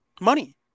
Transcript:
money